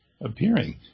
appearing